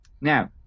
Now